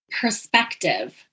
Perspective